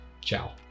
Ciao